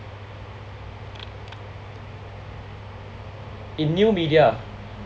in new media